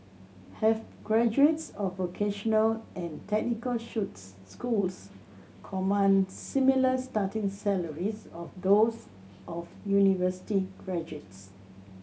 have graduates of vocational and technical shoes schools command similar starting salaries of those of university graduates